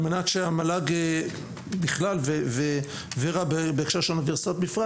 על מנת שהמל"ג בכלל וור"ה בהקשר של האוניברסיטאות בפרט,